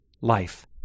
Life